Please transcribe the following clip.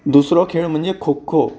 दुसरो खेळ म्हणजे खो खो